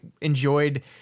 enjoyed